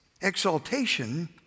exaltation